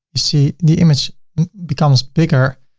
you see the image becomes bigger.